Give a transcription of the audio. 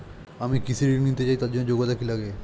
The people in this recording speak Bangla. আমি কৃষি ঋণ নিতে চাই তার জন্য যোগ্যতা কি লাগে?